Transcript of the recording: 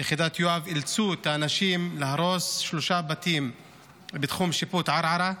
אילצו את האנשים להרוס שלושה בתים בתחום השיפוט של ערערה,